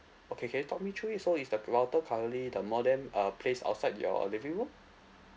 okay can you talk me through it so is the router currently the modem uh place outside your living room